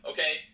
Okay